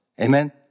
Amen